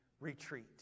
retreat